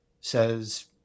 says